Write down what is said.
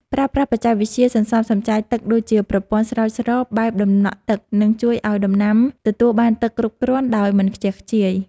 ប្រើប្រាស់បច្ចេកវិទ្យាសន្សំសំចៃទឹកដូចជាប្រព័ន្ធស្រោចស្រពបែបដំណក់ទឹកនឹងជួយឱ្យដំណាំទទួលបានទឹកគ្រប់គ្រាន់ដោយមិនខ្ជះខ្ជាយ។